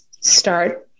start